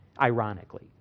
ironically